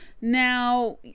now